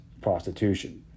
prostitution